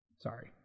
Sorry